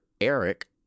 Eric